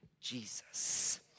Jesus